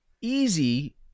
easy